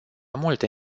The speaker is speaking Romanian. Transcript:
multe